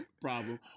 problem